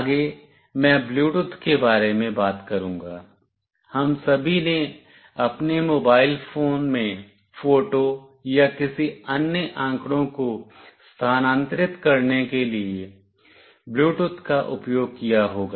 आगे मैं ब्लूटूथ के बारे में बात करूंगा हम सभी ने अपने मोबाइल फोन में फ़ोटो या किसी अन्य आंकड़ों को स्थानांतरित करने के लिए ब्लूटूथ का उपयोग किया होगा